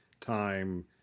time